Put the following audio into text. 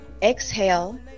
Exhale